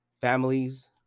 families